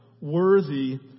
worthy